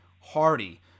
Hardy